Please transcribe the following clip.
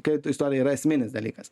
kredito istorija yra esminis dalykas